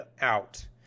out